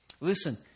Listen